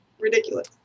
ridiculous